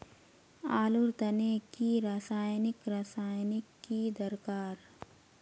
आलूर तने की रासायनिक रासायनिक की दरकार?